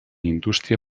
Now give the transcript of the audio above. indústria